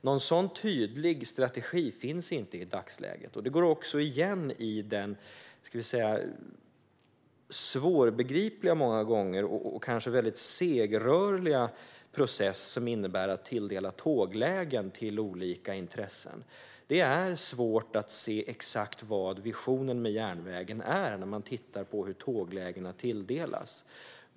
Någon sådan tydlig strategi finns inte i dagsläget. Det går också igen i den många gånger svårbegripliga och kanske väldigt segrörliga process som det innebär att tilldela tåglägen till olika intressen. Det är svårt att se exakt vad visionen med järnvägen är när man tittar på hur tåglägena tilldelas.